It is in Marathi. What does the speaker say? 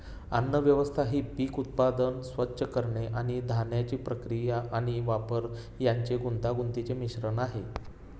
अन्नव्यवस्था ही पीक उत्पादन, स्वच्छ करणे आणि धान्याची प्रक्रिया आणि वापर यांचे गुंतागुंतीचे मिश्रण आहे